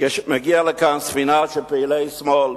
כשמגיעה לכאן ספינה של פעילי שמאל,